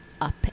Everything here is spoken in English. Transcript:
up